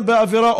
אני רוצה לקוות,